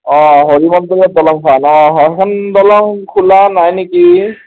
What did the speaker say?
অঁ হৰি মন্দিৰৰ দলংখন অ সেইখন দলং খোলা নাই নেকি